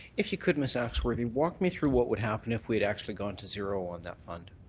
if you could, ms. axworthy, walk me through what would happen if we would actually gotten to zero on that and